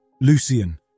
Lucian